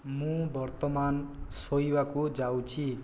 ମୁଁ ବର୍ତ୍ତମାନ ଶୋଇବାକୁ ଯାଉଛି